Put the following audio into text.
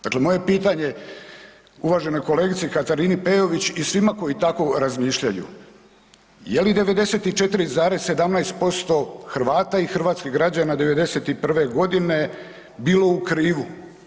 Dakle, moje pitanje je uvaženoj kolegici Katarini Peović i svima koji tako razmišljaju, je li 94,17% Hrvata i hrvatskih građana '91. godine bilo u krivu?